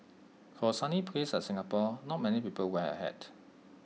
for A sunny place like Singapore not many people wear A hat